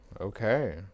okay